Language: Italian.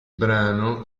brano